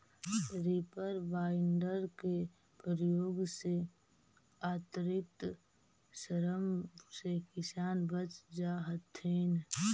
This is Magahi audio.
रीपर बाइन्डर के प्रयोग से अतिरिक्त श्रम से किसान बच जा हथिन